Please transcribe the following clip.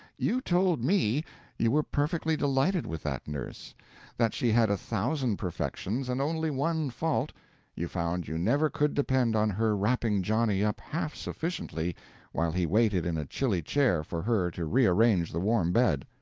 you told me you were perfectly delighted with that nurse that she had a thousand perfections and only one fault you found you never could depend on her wrapping johnny up half sufficiently while he waited in a chilly chair for her to rearrange the warm bed.